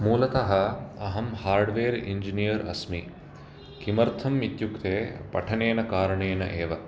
मूलतः अहं hardware engineer अस्मि किमर्थम् इत्युक्ते पठनेन कारणेन एव